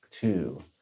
Two